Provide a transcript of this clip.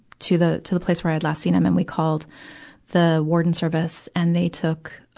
to the, to the place where i had last seen him. and we called the warden service. and they took,